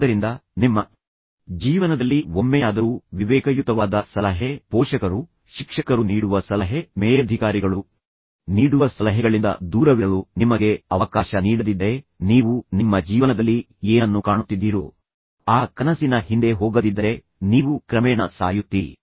ಆದ್ದರಿಂದ ನಿಮ್ಮ ಜೀವನದಲ್ಲಿ ಒಮ್ಮೆಯಾದರೂ ವಿವೇಕಯುತವಾದ ಸಲಹೆ ಪೋಷಕರು ನೀಡುವ ಸಲಹೆ ಶಿಕ್ಷಕರು ನೀಡುವ ಸಲಹೆ ಮೇಲಧಿಕಾರಿಗಳು ನೀಡುವ ಸಲಹೆಗಳಿಂದ ದೂರವಿರಲು ನಿಮಗೆ ಅವಕಾಶ ನೀಡದಿದ್ದರೆ ನೀವು ನಿಮ್ಮ ಜೀವನದಲ್ಲಿ ಏನನ್ನು ಕಾಣುತ್ತಿದ್ದೀರೋ ಆ ಕನಸಿನ ಹಿಂದೆ ಹೋಗದಿದ್ದರೆ ನೀವು ಕ್ರಮೇಣ ಸಾಯುತ್ತೀರಿ